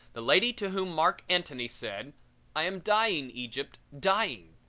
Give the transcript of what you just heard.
the lady to whom marc antony said i am dying, egypt, dying,